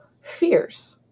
fears